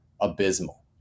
abysmal